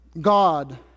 God